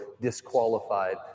disqualified